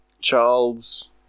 charles